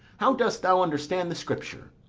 how dost thou understand the scripture?